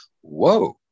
whoa